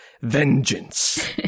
vengeance